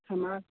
हमा